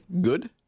Good